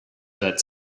that